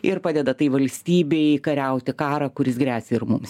ir padeda tai valstybei kariauti karą kuris gresia ir mums